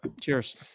Cheers